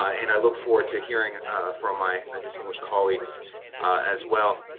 and i look forward to hearing from my ah distinguished colleagues as well.